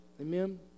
amen